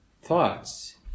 Thoughts